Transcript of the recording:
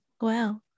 Wow